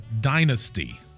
Dynasty